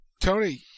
Tony